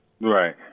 Right